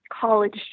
college